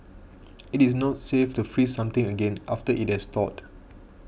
it is not safe to freeze something again after it has thawed